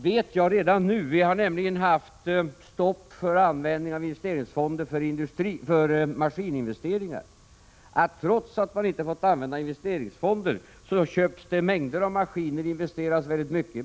Jag vet redan nu — vi har nämligen haft stopp för användning av investeringsfonder för maskininvesteringar — att trots att man inte har fått använda investeringsfonder investeras det mycket i maskiner i Sverige.